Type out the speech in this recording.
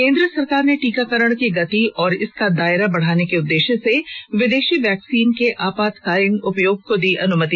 केन्द्र सरकार ने टीकाकरण की गति और इसका दायरा बढाने के उद्देश्य से विदेशी वैक्सीन के आपातकालीन उपयोग को दी अनुमति